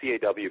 CAW